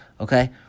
okay